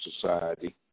society